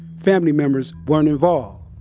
family members weren't involved